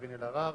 קארין אלהרר